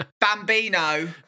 Bambino